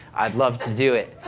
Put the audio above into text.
i'd love to do it.